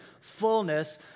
fullness